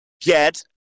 get